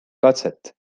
katset